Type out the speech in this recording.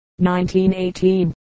1918